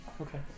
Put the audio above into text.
Okay